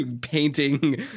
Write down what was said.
painting